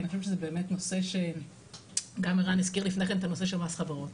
גם ערן הזכיר לפני כן את הנושא של מס חברות.